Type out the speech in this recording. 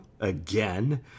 again